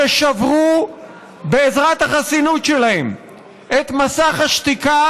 ששברו בעזרת החסינות שלהם את מסך השתיקה